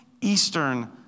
Eastern